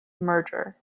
merger